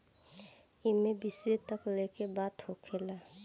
एईमे विश्व तक लेके बात होखेला